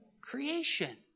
creation